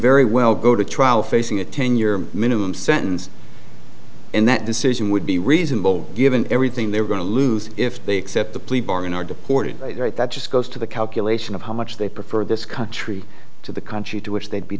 very well go to trial facing a ten year minimum sentence and that decision would be reasonable given everything they're going to lose if they accept the plea bargain or deported right that just goes to the calculation of how much they prefer this country to the country to which they'd be